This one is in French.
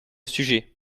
sujet